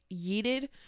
yeeted